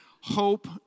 hope